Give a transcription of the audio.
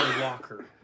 Walker